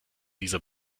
dieser